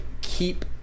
keep